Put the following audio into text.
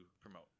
promote